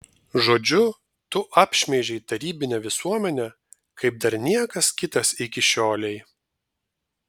žodžiu tu apšmeižei tarybinę visuomenę kaip dar niekas kitas iki šiolei